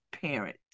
parent